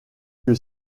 que